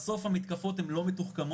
בסוף המתקפות הן לא מתוחכמות,